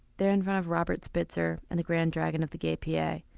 there in front of robert spitzer and the grand dragon of the gaypa.